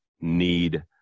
need